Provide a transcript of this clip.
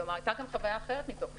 כלומר, הייתה כאן חוויה אחרת מתוך השוק.